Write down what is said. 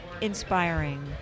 inspiring